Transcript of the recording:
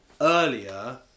earlier